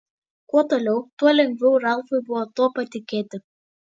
kuo toliau tuo lengviau ralfui buvo tuo patikėti